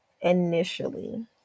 initially